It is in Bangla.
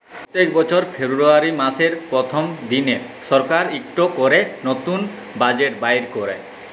প্যত্তেক বছর ফেরবুয়ারি ম্যাসের পরথম দিলে সরকার ইকট ক্যরে লতুল বাজেট বাইর ক্যরে